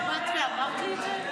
את באת ואמרת לי את זה?